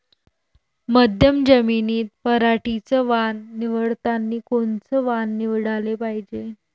मध्यम जमीनीत पराटीचं वान निवडतानी कोनचं वान निवडाले पायजे?